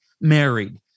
married